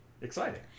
exciting